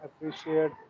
appreciate